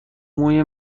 موی